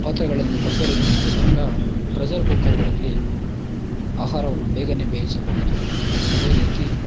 ಪಾತ್ರೆಗಳನ್ನು ಕಂಪೇರಿಝನ್ ಮಾಡಿದಾಗ ಪ್ರೆಝರ್ ಕುಕ್ಕರ್ಗಳಲ್ಲಿ ಆಹಾರವನ್ನು ಬೇಗನೆ ಬೇಯಿಸಬಹುದು ಅದೇ ರೀತಿ